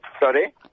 Sorry